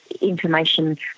information